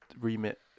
remit